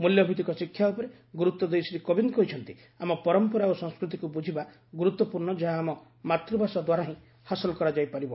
ମୂଲ୍ୟଭିତିକ ଶିକ୍ଷା ଉପରେ ଗୁରୁତ୍ୱ ଦେଇ ଶ୍ରୀ କୋବିନ୍ଦ୍ କହିଛନ୍ତି ଆମ ପରମ୍ପରା ଓ ସଂସ୍କୃତିକୁ ବୁଝିବା ଗୁରୁତ୍ୱପୂର୍ଣ୍ଣ ଯାହା ଆମ ମାତୃଭାଷା ଦ୍ୱାରା ହିଁ ହାସଲ୍ କରାଯାଇପାରିବ